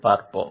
பார்ப்போம்